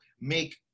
make